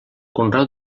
conreu